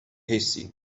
hasty